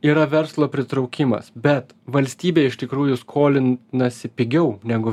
yra verslo pritraukimas bet valstybė iš tikrųjų skolin nasi pigiau negu